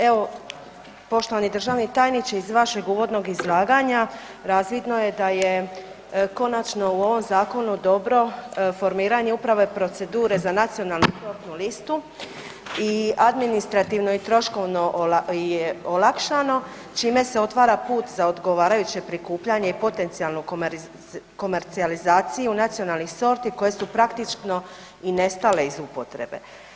Evo, poštovani državni tajniče, iz vašeg uvodnog izlaganja razvidno je da je konačno u ovom zakonu dobro formiranje uprave procedure za nacionalnu sortnu listu i administrativno i troškovno je olakšano, čime se otvara put za odgovarajuće prikupljanje i potencijalnu komercijalizaciju nacionalnih sorti koje su praktično i nestale iz upotrebe.